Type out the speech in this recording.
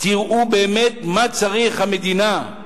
תראו באמת מה המדינה צריכה.